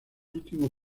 último